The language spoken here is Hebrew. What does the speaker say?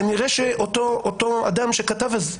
כנראה אותו אדם שכתב אז,